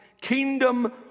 kingdom